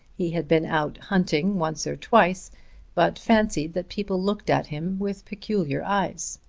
he had been out hunting once or twice but fancied that people looked at him with peculiar eyes.